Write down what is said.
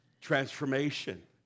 Transformation